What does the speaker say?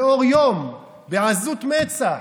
לאור יום, בעזות מצח.